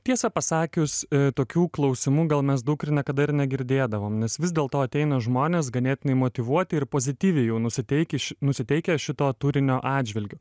tiesą pasakius tokių klausimų gal mes daug ir niakada ir negirdėdavom nes vis dėl to ateina žmonės ganėtinai motyvuoti ir pozityviai jau nusiteikę nusiteikę šito turinio atžvilgiu